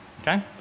Okay